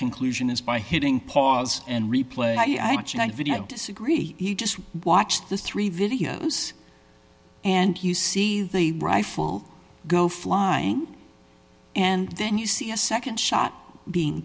conclusion is by hitting pause and replay video disagree he just watched the three videos and you see the rifle go flying and then you see a nd shot being